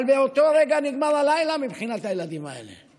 אבל באותו רגע נגמר הלילה מבחינת הילדים האלה.